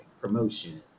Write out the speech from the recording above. promotion